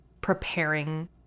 preparing